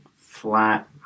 flat